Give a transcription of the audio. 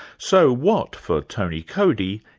so what, for tony coady,